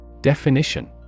Definition